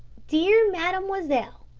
dear mademoiselle.